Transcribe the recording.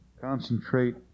Concentrate